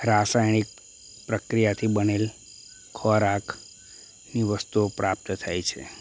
રાસાયણિક પ્રક્રિયાથી બનેલ ખોરાક ની વસ્તુઓ પ્રાપ્ત થાય છે